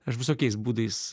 aš visokiais būdais